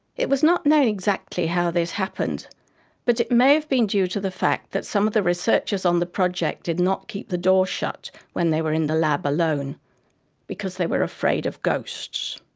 it was not known exactly how this happened but it may have been due to the fact that some of the researchers on the project did not keep the door shut when they were in the lab alone because they were afraid of ghosts.